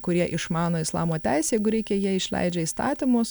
kurie išmano islamo teisę jeigu reikia jie išleidžia įstatymus